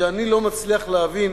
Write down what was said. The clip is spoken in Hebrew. ואני לא מצליח להבין